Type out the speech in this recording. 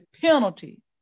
penalty